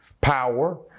power